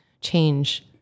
change